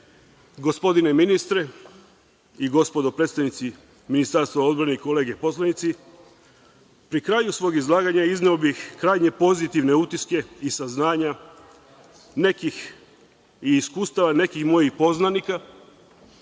pričao. Gospodine ministre i gospodo predstavnici Ministarstva odbrane i kolege poslanici, pri kraju svog izlaganja izneo bih krajnje pozitivne utiske i saznanja i iskustva nekih mojih poznanika